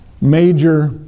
major